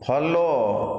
follow